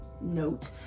note